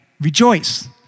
Rejoice